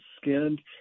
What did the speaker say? skinned